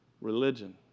Religion